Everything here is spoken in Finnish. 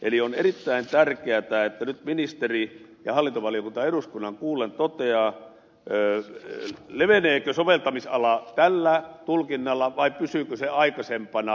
eli on erittäin tärkeätä että nyt ministeri ja hallintovaliokunta eduskunnan kuullen toteavat leveneekö soveltamisala tällä tulkinnalla vai pysyykö se aikaisempana